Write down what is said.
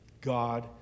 God